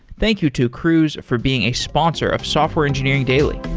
thank you to cruise for being a sponsor of software engineering daily